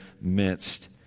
midst